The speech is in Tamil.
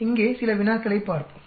இங்கே சில வினாக்களைப் பார்ப்போம்